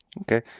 Okay